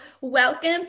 Welcome